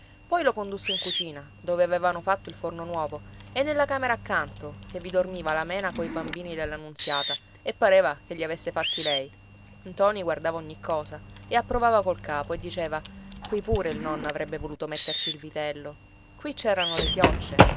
poi lo condusse in cucina dove avevano fatto il forno nuovo e nella camera accanto che vi dormiva la mena coi bambini della nunziata e pareva che li avesse fatti lei ntoni guardava ogni cosa e approvava col capo e diceva qui pure il nonno avrebbe voluto metterci il vitello qui c'erano le chioccie